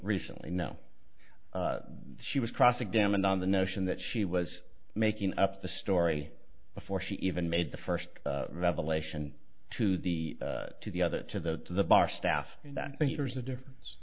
recently no she was cross examined on the notion that she was making up the story before she even made the first revelation to the to the other to the to the bar staff and that means there's a difference